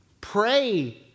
Pray